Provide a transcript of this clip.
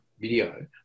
video